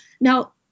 now